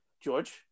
George